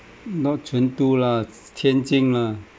not chengdu lah tianjin lah